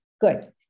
Good